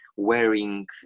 wearing